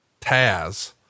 Taz